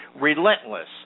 relentless